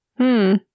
-hmm